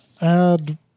add